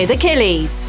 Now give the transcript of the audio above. Achilles